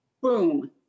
Boom